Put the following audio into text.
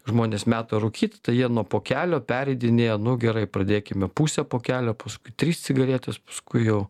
žmonės meta rūkyti tai jie nuo pakelio pereidinėja nu gerai pradėkime pusę pakelio paskui tris cigaretes paskui jau